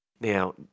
Now